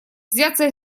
взяться